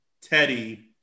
Teddy